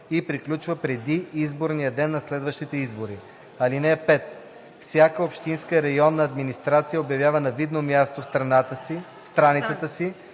и приключва преди изборния ден на следващите избори. (5) Всяка общинска и районна администрация обявява на видно място в страницата си